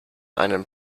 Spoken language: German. einen